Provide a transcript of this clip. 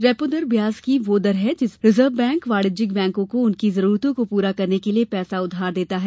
repo दर ब्या ज की वह दर है जिसपर रिजर्व बैंक वाणिज्यिक बैंकों को उनकी जरूरतों को पूरा करने लिए पैसा उधार देता है